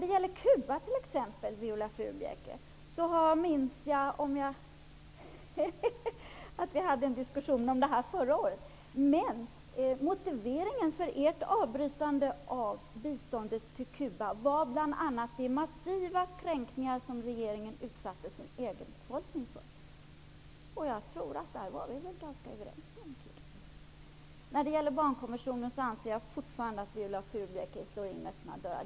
Jag minns att vi hade en diskussion om dessa frågor när det gäller Cuba förra året, Viola Furubjelke. Motivet till att avbryta biståndet till Cuba var bl.a. de massiva kränkningar som regeringen utsatte sin egen befolkning för. Där var vi väl ganska överens? När det gäller barnkonventionen anser jag fortfarande att Viola Furubjelke slår in öppna dörrar.